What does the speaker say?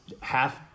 half